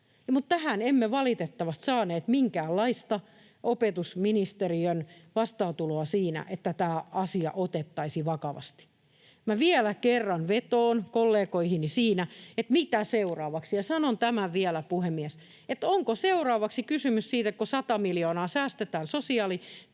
tähän emme valitettavasti saaneet minkäänlaista opetusministeriön vastaantuloa siinä, että tämä asia otettaisiin vakavasti. Minä vielä kerran vetoan kollegoihini siinä, että mitä seuraavaksi. Ja sanon tämän vielä, puhemies: onko seuraavaksi kysymys siitä, että kun jatkossa sata miljoonaa säästetään sosiaalityöstä